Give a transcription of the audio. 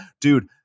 dude